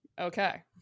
Okay